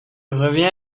revient